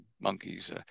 monkeys